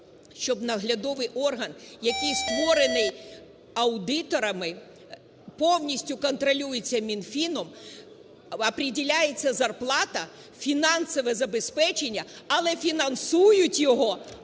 щоб наглядовий орган, який створений аудиторами повністю контролюється Мінфіном, опреділяється зарплата, фінансове забезпечення, але фінансують його